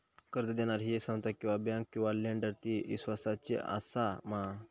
कर्ज दिणारी ही संस्था किवा बँक किवा लेंडर ती इस्वासाची आसा मा?